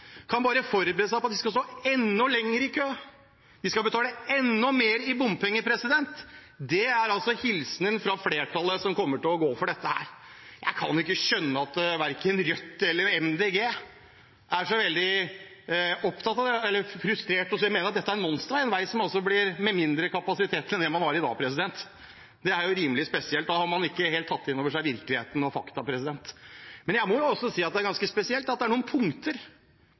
bare kan forberede seg på at de skal stå enda lenger i kø, at de skal betale enda mer i bompenger. Det er altså hilsenen fra flertallet som kommer til å gå for dette. Jeg kan ikke skjønne at verken Rødt eller Miljøpartiet De Grønne er så veldig frustrerte og mener at dette er en monstervei, for dette er altså en vei med mindre kapasitet enn det man har i dag. Det er rimelig spesielt. Da har man ikke helt tatt inn over seg virkeligheten og fakta. Men jeg må også si at det er ganske spesielt at det er noen punkter